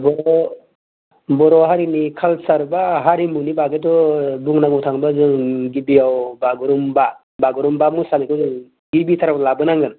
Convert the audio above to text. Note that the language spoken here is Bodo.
बर' हारिनि काल्सारबा हारिमुनि बागैथ' बुंनांगौ थांबा जों गिबियाव बागुरुम्बा बागुरुम्बा मोसानायखौ जों गिबिथाराव लाबो नांगोन